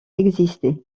existé